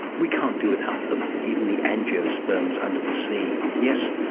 we can't do without them, even the angiosperms under the sea. yes,